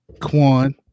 kwan